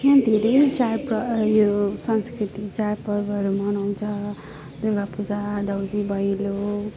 यहाँ धेरै जात र यो संस्कृति चाडपर्वहरू मनाउँछ दुर्गापूजा देउसी भैलो